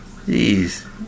jeez